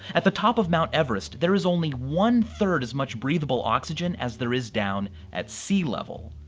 at the top of mount everest there is only one third as much breathable oxygen as there is down at sea level.